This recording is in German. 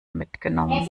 mitgenommen